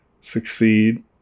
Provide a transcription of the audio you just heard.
succeed